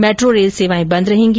metro rail सेवाएं बंद रहेगी